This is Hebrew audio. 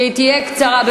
שתהיה קצרה.